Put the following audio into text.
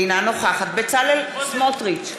אינה נוכחת בצלאל סמוטריץ,